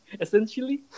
Essentially